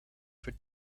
for